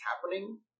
happening